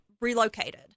relocated